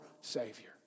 Savior